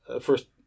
first